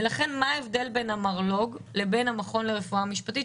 ולכן מה הבדל בין המרלוג לבין המכון לרפואה משפטית?